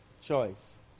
choice